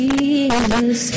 Jesus